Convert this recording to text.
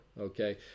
okay